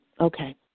Okay